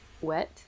wet